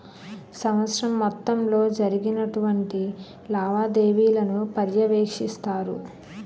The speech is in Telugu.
సంవత్సరం మొత్తంలో జరిగినటువంటి లావాదేవీలను పర్యవేక్షిస్తారు